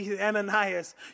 Ananias